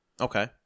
Okay